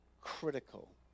critical